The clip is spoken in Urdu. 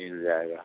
مل جائے گا